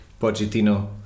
Pochettino